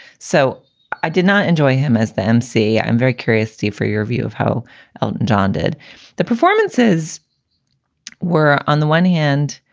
so i did not enjoy him as the emcee. i'm very curious, steve, for your view of how jon did the performances were, on the one hand,